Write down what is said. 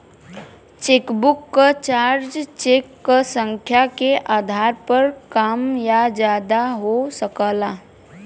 chequebook क charge cheque क संख्या के आधार पर कम या ज्यादा हो सकला